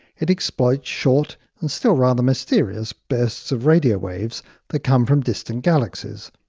it exploits short and still rather mysterious bursts of radio waves that come from distant galaxies.